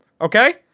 okay